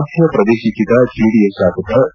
ಮಧ್ಯ ಪ್ರವೇಶಿಸಿದ ಜೆಡಿಎಸ್ ಶಾಸಕ ಕೆ